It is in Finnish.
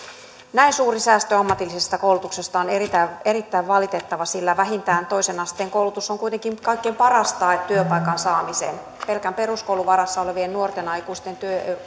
näin suuri säästö ammatillisesta koulutuksesta on erittäin erittäin valitettava sillä vähintään toisen asteen koulutus on kuitenkin kaikkein paras tae työpaikan saamiseen pelkän peruskoulun varassa olevien nuorten aikuisten